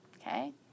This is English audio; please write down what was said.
Okay